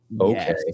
Okay